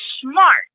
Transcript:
smart